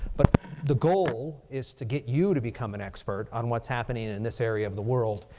but the goal is to get you to become an expert on what's happening and in this area of the world.